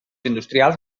industrials